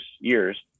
years